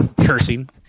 cursing